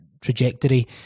trajectory